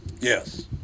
Yes